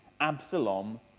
Absalom